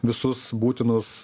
visus būtinus